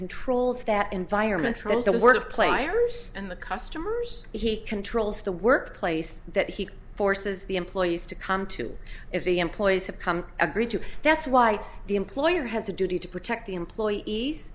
controls that environment trolls are the sort of players and the customers he controls the workplace that he forces the employees to come to if the employees have come agreed to that's why the employer has a duty to protect the employees